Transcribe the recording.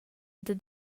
dad